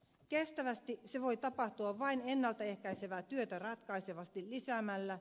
kestävästi se voi tapahtua vain ennalta ehkäisevää työtä ratkaisevasti lisäämällä